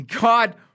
God